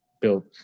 built